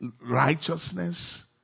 Righteousness